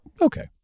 Okay